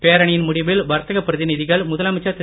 பேரணியின் முடிவில் வர்த்தக பிரதிநிதிகள் முதலமைச்சர் திரு